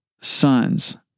sons